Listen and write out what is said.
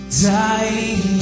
dying